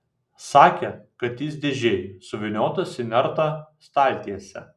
sakė kad jis dėžėj suvyniotas į nertą staltiesę